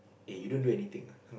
eh you don't do anything ah